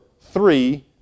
three